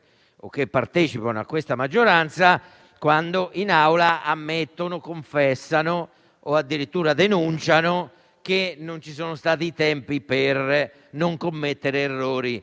o partecipano a questa maggioranza, quando in Aula ammettono, confessano o addirittura denunciano che non ci sono stati tempi sufficienti per non commettere errori